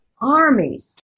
Armies